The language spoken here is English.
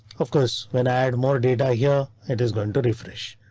of course, when i add more data here, it is going to refresh.